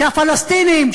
שהפלסטינים,